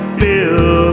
feel